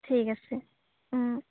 ঠিক আছে